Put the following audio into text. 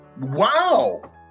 Wow